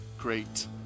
great